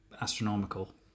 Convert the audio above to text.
astronomical